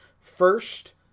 First